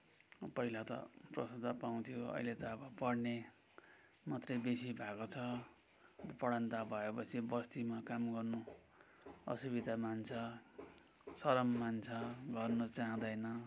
पहिला त प्रशस्त पाउँथ्यो अहिले त अब पढ्ने मात्रै बेसी भएको छ पढन्ता भएपछि बस्तीमा काम गर्नु असुविधा मान्छ सरम मान्छ गर्न चाहँदैन